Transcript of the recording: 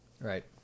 Right